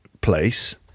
place